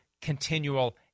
continual